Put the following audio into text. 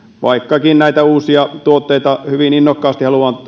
vaikkakin näitä uusia tuotteita hyvin innokkaasti